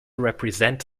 represent